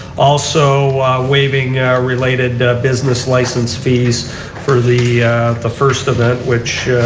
also waiving related business license fees for the the first event which